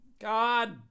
God